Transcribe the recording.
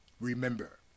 remember